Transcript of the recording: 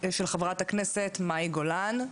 של חברת הכנסת מאי גולן.